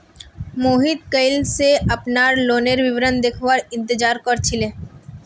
मोहित कइल स अपनार लोनेर विवरण देखवार इंतजार कर छिले